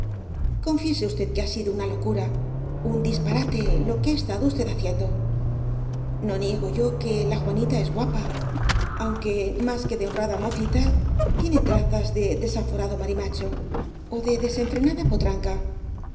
fiese usted que ha sido una locura un disparate lo que ha estado usted haciendo no niego yo que la juanita es guapa aunque más que de honrada mo cita tiene trazas de desaforado marimacho ó de desenfrenada potranca